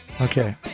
Okay